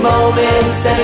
Moments